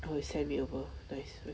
why you send me over twice